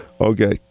Okay